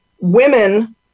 Women